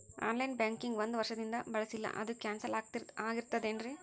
On line banking ಒಂದ್ ವರ್ಷದಿಂದ ಬಳಸಿಲ್ಲ ಅದು ಕ್ಯಾನ್ಸಲ್ ಆಗಿರ್ತದೇನ್ರಿ?